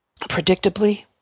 Predictably